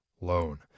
loan